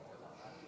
בבקשה.